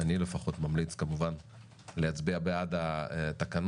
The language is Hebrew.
אני לפחות ממליץ כמובן להצביע בעד התקנות.